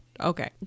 Okay